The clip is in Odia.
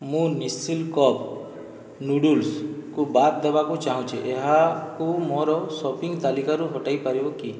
ମୁଁ ନିସିନ୍ କପ୍ ନୁଡ଼ଲ୍ସ କୁ ବାଦ୍ ଦେବାକୁ ଚାହୁଁଛି ଏହାକୁ ମୋର ସପିଙ୍ଗ୍ ତାଲିକାରୁ ହଟାଇ ପାରିବ କି